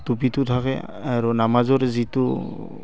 টুপিটো থাকে আৰু নামাজৰ যিটো